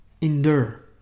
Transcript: endure